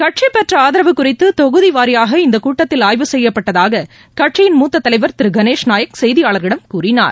கட்சி பெற்ற ஆதரவு குறித்து தொகுதி வாரியாக இந்த கூட்டத்தில் ஆய்வு செய்யப்பட்டதாக கட்சியின் மூத்த தலைவர் திரு கணேஷ் நாயக் செய்தியாளர்களிடம் கூறினார்